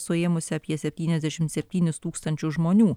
suėmusi apie septyniasdešimt septynis tūkstančius žmonių